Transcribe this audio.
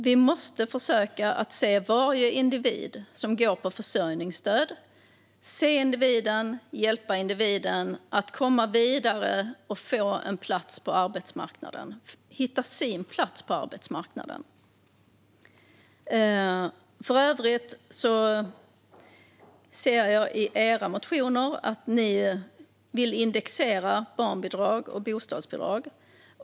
Vi måste försöka se varje individ som går på försörjningsstöd och hjälpa individen att komma vidare och hitta sin plats på arbetsmarknaden. För övrigt ser jag i era motioner att ni vill indexera barnbidrag och bostadsbidrag.